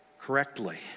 correctly